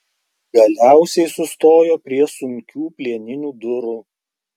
galiausiai sustojo prie sunkių plieninių durų